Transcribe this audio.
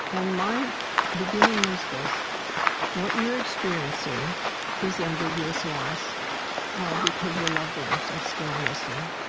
and my beginning was this what you're experiencing is ambiguous loss because your loved ones are still missing.